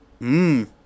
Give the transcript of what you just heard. Mmm